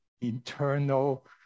internal